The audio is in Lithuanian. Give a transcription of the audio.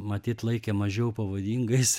matyt laikė mažiau pavojingais